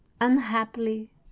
unhappily